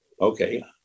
okay